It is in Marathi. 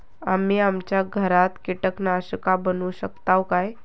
आम्ही आमच्या घरात कीटकनाशका बनवू शकताव काय?